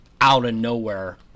out-of-nowhere